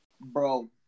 Bro